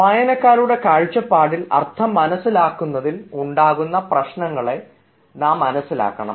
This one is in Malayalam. വായനക്കാരുടെ കാഴ്ചപ്പാടിൽ അർത്ഥം മനസ്സിലാക്കുന്നതിൽ ഉണ്ടാകുന്ന പ്രശ്നങ്ങളെ നാം മനസ്സിലാക്കണം